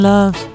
Love